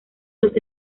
los